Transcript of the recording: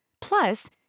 Plus